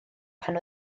pan